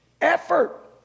Effort